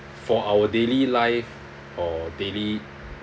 for our daily life or daily